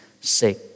sake